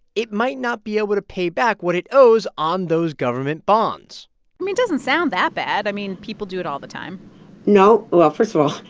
it might not be able to pay back what it owes on those government bonds i mean, it doesn't sound that bad. i mean, people do it all the time no. well, first of all,